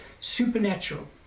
supernatural